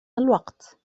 الوقت